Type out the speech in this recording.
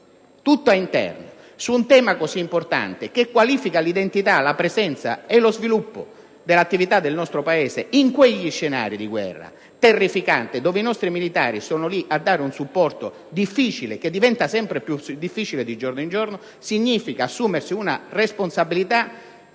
tutta interna, su un tema così importante, che qualifica l'identità, la presenza e lo sviluppo dell'attività del nostro Paese in quei terrificanti scenari di guerra, dove i nostri militari danno un supporto difficile, che diventa sempre più difficile di giorno in giorno, significa assumersi una responsabilità